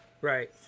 Right